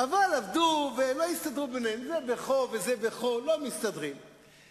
אם מהצפון, אם מהדרום, בעיות